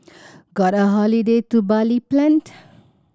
got a holiday to Bali planned